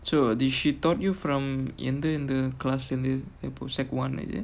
so uh did she taught you from எந்த எந்த:entha entha class leh இருந்து:irunthu then until secondary one is it